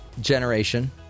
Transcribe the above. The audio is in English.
generation